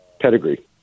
pedigree